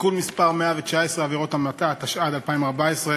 (תיקון מס' 119) (עבירות המתה), התשע"ד 2014,